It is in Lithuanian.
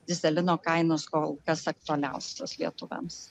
dyzelino kainos kol kas aktualiausios lietuviams